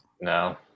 No